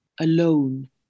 alone